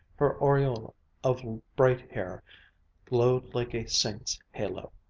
her aureole of bright hair glowed like a saint's halo.